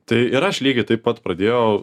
tai ir aš lygiai taip pat pradėjau